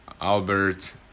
Albert